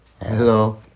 Hello